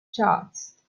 charts